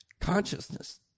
Consciousness